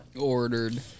Ordered